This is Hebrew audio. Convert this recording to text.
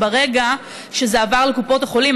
שברגע שזה עבר לקופות החולים,